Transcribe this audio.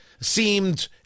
seemed